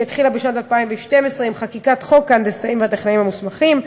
שהתחילה בשנת 2012 עם חקיקת חוק ההנדסאים והטכנאים המוסמכים.